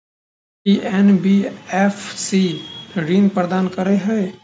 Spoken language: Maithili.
की एन.बी.एफ.सी ऋण प्रदान करे है?